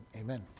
Amen